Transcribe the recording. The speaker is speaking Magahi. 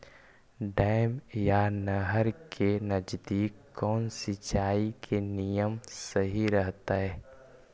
डैम या नहर के नजदीक कौन सिंचाई के नियम सही रहतैय?